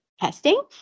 testing